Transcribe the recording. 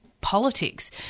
politics